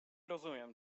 rozumiem